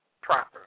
proper